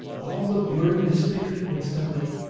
all the blurring disappeared instantly,